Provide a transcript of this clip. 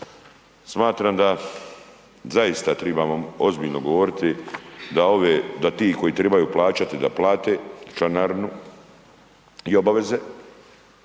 Smatram da zaista trebamo ozbiljno govoriti da ti koji trebaju plaćati da plate članarinu i obaveze